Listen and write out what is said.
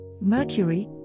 Mercury